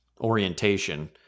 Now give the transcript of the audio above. orientation